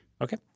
Okay